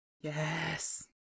Yes